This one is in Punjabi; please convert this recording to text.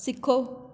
ਸਿੱਖੋ